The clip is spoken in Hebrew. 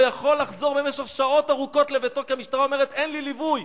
לא יכול לחזור במשך שעות ארוכות לביתו כי המשטרה אומרת: אין לי ליווי,